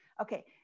Okay